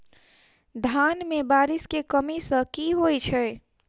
धान मे बारिश केँ कमी सँ की होइ छै?